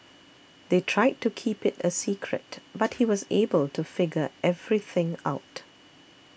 they tried to keep it a secret but he was able to figure everything out